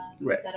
Right